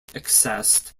accessed